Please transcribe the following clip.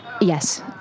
Yes